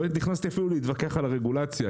לא נכנסתי אפילו להתווכח על הרגולציה,